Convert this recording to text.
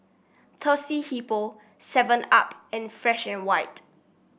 Thirsty Hippo Seven Up and Fresh And White